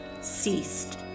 ceased